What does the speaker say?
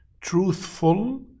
truthful